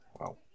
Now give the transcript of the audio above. wow